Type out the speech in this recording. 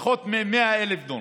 פחות מ-100,000 דונם,